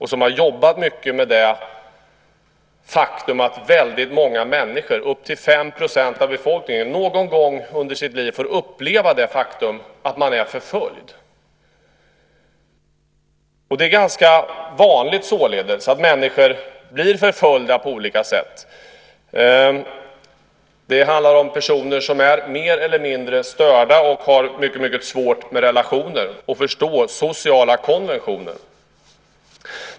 Han har jobbat mycket med det faktum att väldigt många människor - upp till 5 % av befolkningen - någon gång under sitt liv får uppleva att vara förföljda. Det är således ganska vanligt att människor blir förföljda på olika sätt. Det handlar om personer som är mer eller mindre störda och har mycket svårt med relationer och att förstå sociala konventioner.